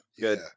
Good